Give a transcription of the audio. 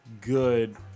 good